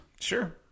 sure